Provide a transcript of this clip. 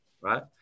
right